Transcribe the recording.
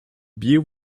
beer